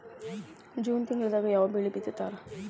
June ತಿಂಗಳದಾಗ ಯಾವ ಬೆಳಿ ಬಿತ್ತತಾರ?